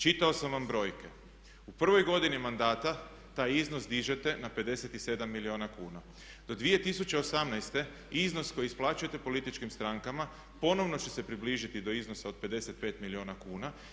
Čitao sam vam brojke, u prvoj godini mandata taj iznos dižete na 57 milijuna kuna, do 2018. iznos koji isplaćujete političkim strankama ponovno će se približiti do iznosa od 55 milijuna kuna.